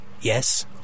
Yes